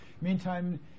Meantime